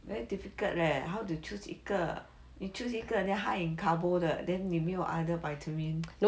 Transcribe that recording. very difficult leh how to choose 一个 you choose 一个 then high in carbohydrate 的 then 没有 other vitamin